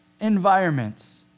environments